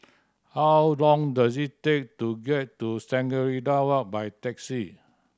how long does it take to get to Shangri La Walk by taxi